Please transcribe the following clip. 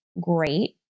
great